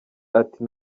ati